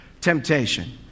temptation